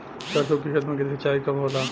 सरसों के खेत मे सिंचाई कब होला?